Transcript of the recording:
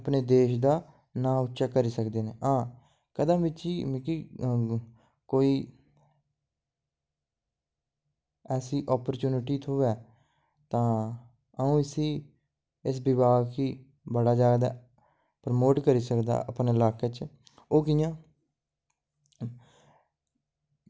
अपने देश दा नांऽ उच्चा करी सकदे न हां कदै मीचि मिगी कोई ऐसी अपरच्युनिटी थ्होऐ तां अं'ऊ इस्सी इस विभाग गी बड़ा जैदा प्रमोट करी सकदा अपने लाकै च ओह् कियां